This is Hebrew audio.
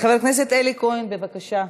חבר הכנסת אלי כהן, בבקשה.